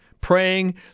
praying